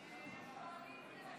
להצבעה